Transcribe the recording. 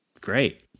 great